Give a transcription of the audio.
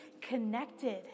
connected